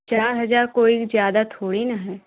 चार हज़ार कोई ज़्यादा थोड़ी ना है